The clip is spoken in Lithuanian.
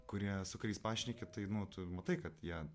kurie su kuriais pašneki tai nu tu matai kad jie